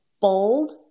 bold